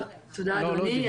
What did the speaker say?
תודה, אדוני.